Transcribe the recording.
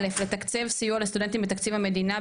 א׳- לתקצב סיוע לסטודנטים בתקציב המדינה,